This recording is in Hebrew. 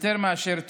יותר מאשר תועלת.